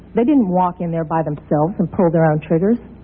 they didn't walk in there by themselves for their own triggers.